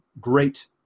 great